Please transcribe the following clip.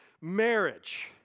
marriage